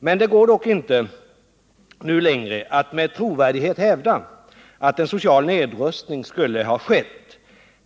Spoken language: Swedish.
Det går dock inte nu längre att med trovärdighet hävda att en social nedrustning skulle ha skett.